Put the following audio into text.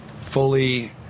fully